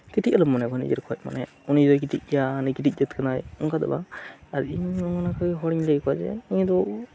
ᱠᱟᱹᱴᱤᱡ ᱟᱞᱚᱢ ᱢᱚᱱᱮ ᱠᱚᱣᱟ ᱱᱤᱡᱮᱨ ᱠᱷᱚᱱ ᱢᱟᱱᱮ ᱩᱱᱤ ᱡᱚᱫᱤᱭ ᱠᱟᱹᱴᱤᱡ ᱜᱮᱭᱟ ᱩᱱᱤ ᱠᱟᱹᱴᱤᱡ ᱡᱟᱹᱛ ᱠᱟᱱᱟᱭ ᱚᱱᱠᱟᱫᱚ ᱵᱟᱝ ᱟᱨ ᱤᱧ ᱦᱚᱸᱜ ᱱᱟᱠᱳ ᱦᱚᱲᱤᱧ ᱞᱟᱹᱭ ᱟᱠᱚᱣᱟ ᱡᱮ ᱱᱚᱶᱟ ᱫᱚ